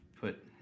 Put